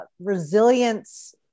resilience